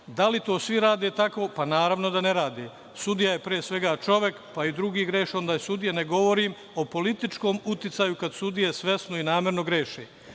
Da li to svi rade tako? Pa, naravno da ne rade. Sudija je pre svega čovek, pa i drugi greše, a da ne govorim o političkom uticaju kada sudije svesno i namerno greše.